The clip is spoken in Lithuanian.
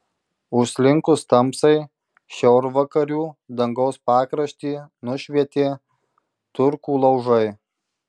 užslinkus tamsai šiaurvakarių dangaus pakraštį nušvietė turkų laužai